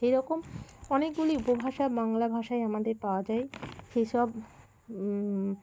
সেই রকম অনেকগুলি উপভাষা বাংলা ভাষায় আমাদের পাওয়া যায় সেসব